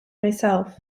myself